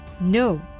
No